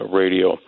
radio